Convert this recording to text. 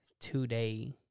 today